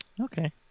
Okay